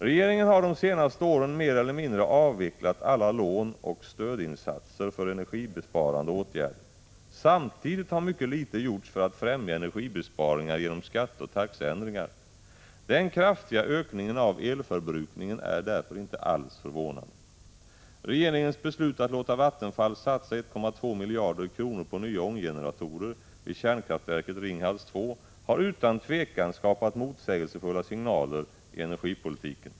Regeringen har de senaste åren mer eller mindre avvecklat alla lånoch stödinsatser för energibesparande åtgärder. Samtidigt har utomordentligt litet gjorts för att främja energibesparingar genom skatteoch taxeändringar. Den kraftiga ökningen av elförbrukningen är därför inte alls förvånande. Regeringens beslut att låta Vattenfall satsa 1,2 miljarder kronor på nya ånggeneratorer vid kärnkraftverket Ringhals 2 har utan tvivel skapat motsägelsefulla signaler i energipolitiken.